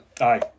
Aye